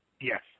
Yes